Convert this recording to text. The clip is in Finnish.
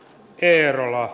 eerola